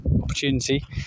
opportunity